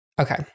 okay